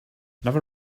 never